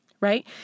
right